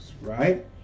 right